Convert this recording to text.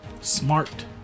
Smart